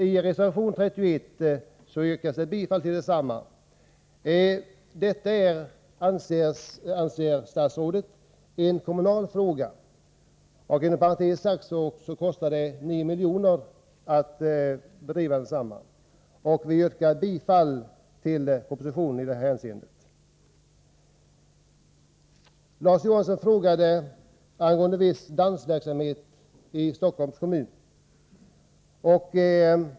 I reservation 31 yrkas avslag på detta förslag. Statsrådet anser emellertid att det är en kommunal fråga. Inom parentes sagt kostar det 9 milj.kr. att bedriva denna utbildning. Jag yrkar bifall till propositionens förslag i detta hänseende. Larz Johansson ställde en fråga avgående viss dansverksamhet i Stockholms kommun.